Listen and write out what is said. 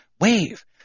wave